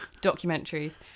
documentaries